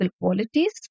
qualities